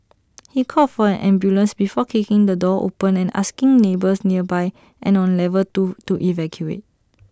he called for an ambulance before kicking the door open and asking neighbours nearby and on level two to evacuate